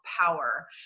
power